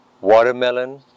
watermelon